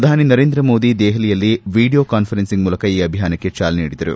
ಪ್ರಧಾನಿ ನರೇಂದ್ರಮೋದಿ ದೆಹಲಿಯಲ್ಲಿ video conferencing ಮೂಲಕ ಈ ಅಭಿಯಾನಕ್ಕೆ ಚಾಲನೆ ನೀಡಿದರು